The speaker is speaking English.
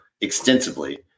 extensively